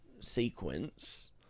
sequence